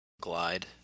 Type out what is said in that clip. Glide